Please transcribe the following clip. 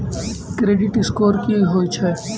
Credit score की होय छै?